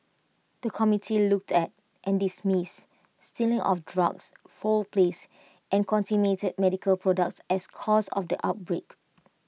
the committee looked at and dismissed stealing of drugs foul plays and contaminated medical products as causes of the outbreak